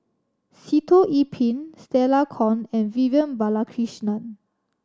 Sitoh Yih Pin Stella Kon and Vivian Balakrishnan